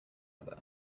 other